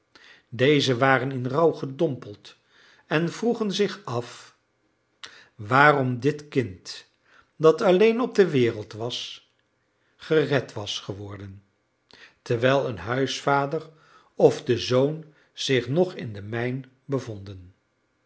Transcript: deze waren in rouw gedompeld en vroegen zich af waarom dit kind dat alleen op de wereld was gered was geworden terwijl een huisvader of de zoon zich nog in de mijn bevonden